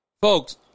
Folks